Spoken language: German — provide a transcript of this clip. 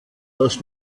das